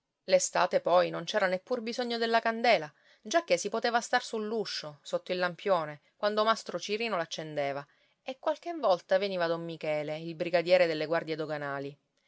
l'estate poi non c'era neppur bisogno della candela giacché si poteva star sull'uscio sotto il lampione quando mastro cirino l'accendeva e qualche volta veniva don michele il brigadiere delle guardie doganali